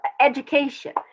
education